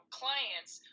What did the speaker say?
clients